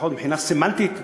נעבור להצעת החוק האחרונה היום,